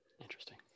Interesting